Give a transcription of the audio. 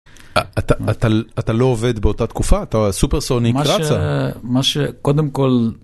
אתה לא עובד באותה תקופה, אתה סופרסוניק, קרצה. מה שקודם כל...